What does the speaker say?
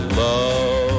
love